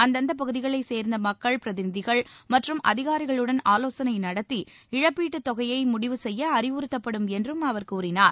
அந்தந்த பகுதிகளைச் சேர்ந்த மக்கள் பிரதிநிதிகள் மற்றும் அதிகாரிகளுடன் ஆலோசனை நடத்தி இழப்பீட்டுத் தொகையை முடிவு செய்ய அறிவுறுத்தப்படும் என்றும் அவர் கூறினார்